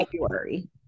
February